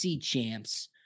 champs